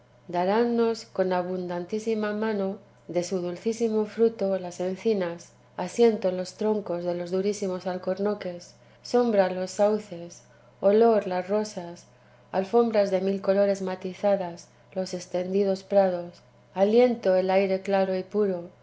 daránnos con abundantísima mano de su dulcísimo fruto las encinas asiento los troncos de los durísimos alcornoques sombra los sauces olor las rosas alfombras de mil colores matizadas los estendidos prados aliento el aire claro y puro